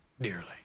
dearly